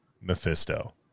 Mephisto